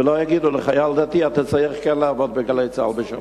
ולא יגידו לחייל דתי: אתה צריך לעבוד ב"גלי צה"ל" בשבת.